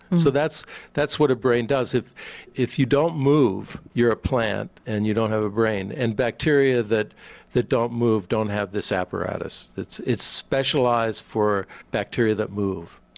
so that's that's what a brain does, if if you don't move, you're a plant and you don't have a brain. and bacteria that that don't move don't have this apparatus. it's it's specialised for bacteria that move,